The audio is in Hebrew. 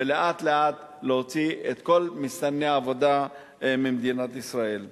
ולאט-לאט להוציא את כל מסתנני העבודה ממדינת ישראל.